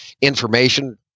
information